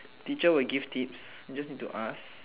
teacher will give tips you just need to ask